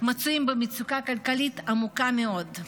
מצויים במצוקה כלכלית עמוקה מאוד.